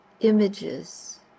images